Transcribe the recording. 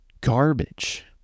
garbage